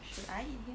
should I eat here